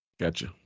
Gotcha